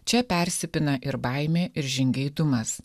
čia persipina ir baimė ir žingeidumas